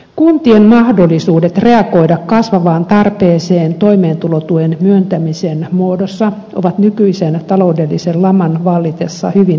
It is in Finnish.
kuntien mahdollisuudet reagoida kasvavaan tarpeeseen toimeentulotuen myöntämisen muodossa ovat nykyisen taloudellisen laman vallitessa hyvin heikot